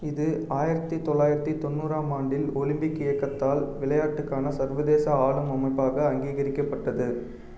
இது ஆயிரத்தி தொள்ளாயிரத்தி தொண்ணூறாம் ஆண்டில் ஒலிம்பிக் இயக்கத்தால் விளையாட்டுக்கான சர்வதேச ஆளும் அமைப்பாக அங்கீகரிக்கப்பட்டது